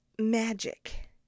magic